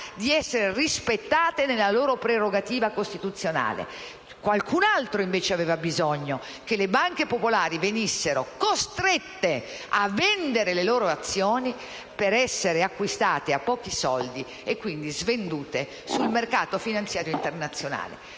di essere rispettate nella loro prerogativa costituzionale. Qualcun altro, invece, aveva bisogno che le banche popolari venissero costrette a vendere le loro azioni per essere acquistate a pochi soldi e quindi svendute sul mercato finanziario internazionale.